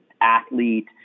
athlete